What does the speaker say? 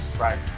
Right